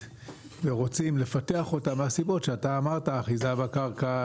ורוצים לפתח אותה מהסיבות שאתה ציינת אחיזה בקרקע,